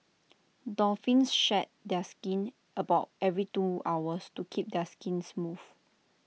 dolphins shed their skin about every two hours to keep their skin smooth